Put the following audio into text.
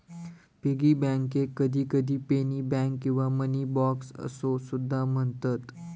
piggy बँकेक कधीकधी penny bank किंवा मनी बॉक्स असो सुद्धा म्हणतत